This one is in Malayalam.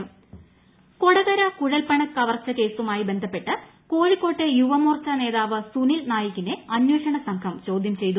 കുഴൽപ്പണ കവർച്ചു കൊടകര കുഴൽപ്പണ കവർച്ച കേസുമായി ബന്ധപ്പെട്ട് കോഴിക്കോട്ടെ യുവമോർച്ച നേതാവ് സുനിൽ നായിക്കിനെ അന്വേഷണ സംഘം ചോദ്യം ചെയ്തു